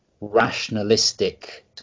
rationalistic